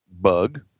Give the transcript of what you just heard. bug